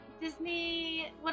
Disney